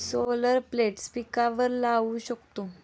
solar plates पिकांवर लाऊ शकतो